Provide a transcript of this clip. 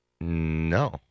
No